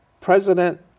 President